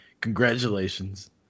Congratulations